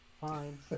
fine